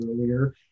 earlier